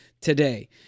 today